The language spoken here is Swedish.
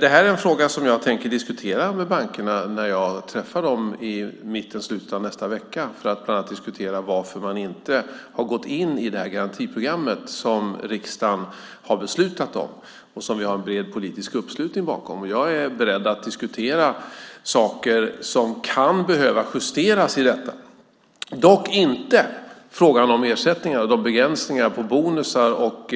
Det här är en fråga som jag tänker diskutera med bankerna när jag träffar dem i mitten av eller slutet av nästa vecka för att bland annat diskutera varför man inte har gått in i garantiprogrammet, som riksdagen har beslutat om och som vi har en bred politisk uppslutning bakom. Jag är beredd att diskutera saker som kan behöva justeras i detta, dock inte frågan om ersättningarna och begränsningar av bonusar och